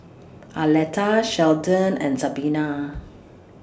Arletta Sheldon and Sabina